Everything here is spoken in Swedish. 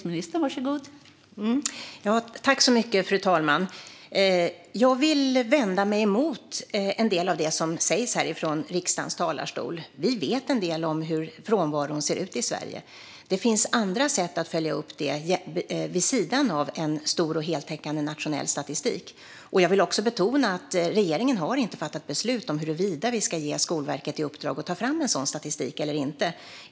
Fru talman! Jag vill vända mig emot en del av det som sägs här från riksdagens talarstol. Vi vet en del om hur frånvaron ser ut i Sverige. Det finns andra sätt att följa upp det vid sidan av en stor och heltäckande nationell statistik. Jag vill också betona att regeringen inte har fattat beslut om huruvida vi ska ge Skolverket i uppdrag att ta fram en sådan statistik eller inte.